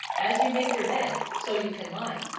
as you make your bed, so you can lie